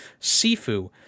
Sifu